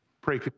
Pray